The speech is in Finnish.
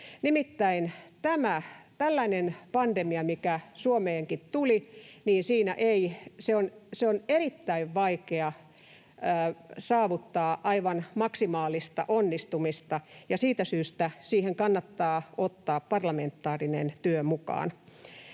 Nimittäin tässä tällaisessa pandemiassa, mikä Suomeenkin tuli, on erittäin vaikea saavuttaa aivan maksimaalista onnistumista, ja siitä syystä siihen kannattaa ottaa parlamentaarinen työ mukaan,